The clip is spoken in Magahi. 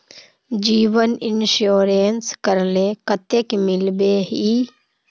जीवन इंश्योरेंस करले कतेक मिलबे ई?